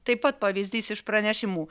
taip pat pavyzdys iš pranešimų